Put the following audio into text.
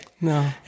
no